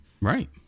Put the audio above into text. Right